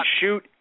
shoot